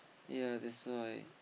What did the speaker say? ya that's why